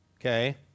Okay